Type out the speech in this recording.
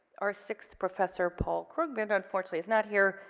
our sixth professors paul krugman unfortunately is not here.